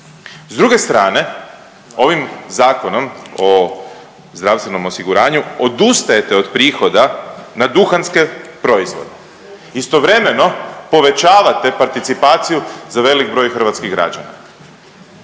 S druge strane ovim Zakonom o zdravstvenom osiguranju odustajete od prihoda na duhanske proizvode. Istovremeno povećavate participaciju za veliki broj hrvatskih građana.